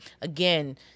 again